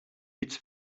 its